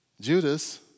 Judas